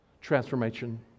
transformation